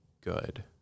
good